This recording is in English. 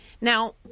Now